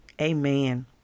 Amen